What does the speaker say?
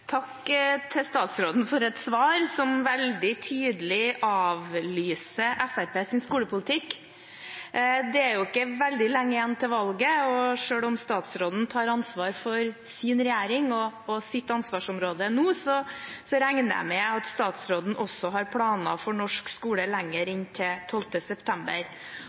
Takk til statsråden for et svar som veldig tydelig avlyser Fremskrittspartiets skolepolitikk. Det er ikke veldig lenge igjen til valget, og selv om statsråden tar ansvar for sin regjering og sitt ansvarsområde nå, regner jeg med at han også har planer for norsk skole lenger enn til 12. september.